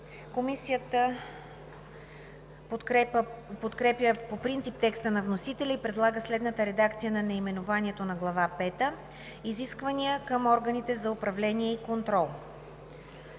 Комисията подкрепя по принцип текста на вносителя и предлага следната редакция на наименованието на глава пета: „Изисквания към органите за управление и контрол“.